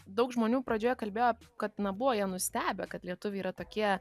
daug žmonių pradžioje kalbėjo kad na buvo jie nustebę kad lietuviai yra tokie